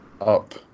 up